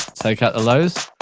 take out the lows.